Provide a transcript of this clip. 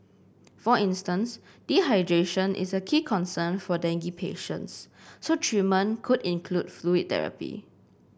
for instance dehydration is a key concern for dengue patients so treatment could include fluid therapy